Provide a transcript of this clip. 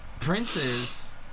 princes